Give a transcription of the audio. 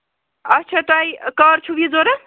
اَچھا تۄہہِ کَر چھُو یہِ ضروٗرت